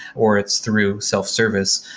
or it's through self-service,